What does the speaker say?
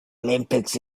olympics